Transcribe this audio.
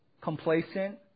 complacent